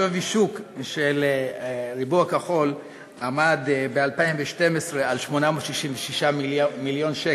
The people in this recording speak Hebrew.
שווי השוק של "הריבוע הכחול" עמד ב-2012 על 866 מיליון שקל,